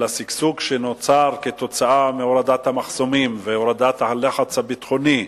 על השגשוג שנוצר כתוצאה מהורדת המחסומים והורדת הלחץ הביטחוני,